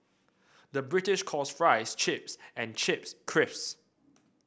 the British calls fries chips and chips creeps